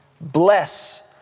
Bless